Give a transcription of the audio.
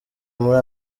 muri